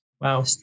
wow